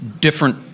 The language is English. different